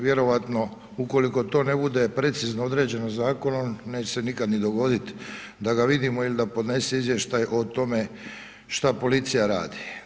Vjerojatno, ukoliko to ne bude precizno određeno zakonom, neće se nikada ni dogoditi da ga vidimo ili da podnese izvještaj o tome, šta policija radi.